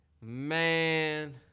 Man